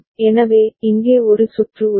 எனவே இங்கே ஒரு சுற்று உள்ளது